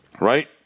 Right